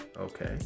okay